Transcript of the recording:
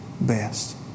best